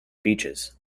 beaches